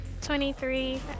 23